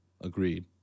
Agreed